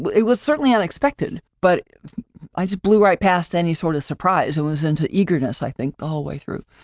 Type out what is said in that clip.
but it was certainly unexpected. but i just blew right past any sort of surprise. it was into eagerness, i think the whole way through.